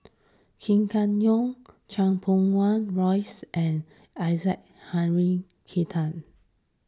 Kam Kee Yong Chan Pum Wah Roys and Isaac Henry